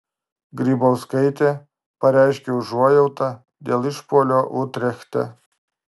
grybauskaitė pareiškė užuojautą dėl išpuolio utrechte